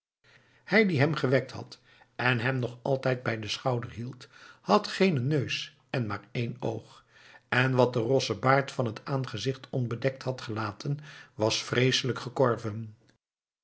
hij die hem gewekt had en hem nog altijd bij den schouder hield had geenen neus en maar één oog en wat de rosse baard van het aangezicht onbedekt had gelaten was vreeselijk gekorven